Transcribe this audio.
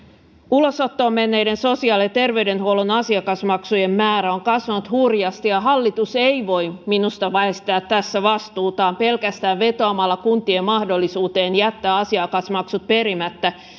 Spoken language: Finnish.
ulosottoon menneiden sosiaali ja terveydenhuollon asiakasmaksujen määrä on kasvanut hurjasti ja hallitus ei voi minusta väistää tässä vastuutaan pelkästään vetoamalla kuntien mahdollisuuteen jättää asiakasmaksut perimättä